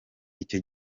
icyo